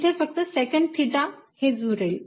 इथे फक्त secant theta हेच उरेल